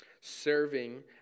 serving